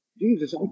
Jesus